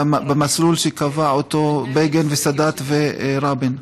במסלול שקבעו בגין, סאדאת ורבין.)